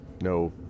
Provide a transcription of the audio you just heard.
No